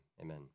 amen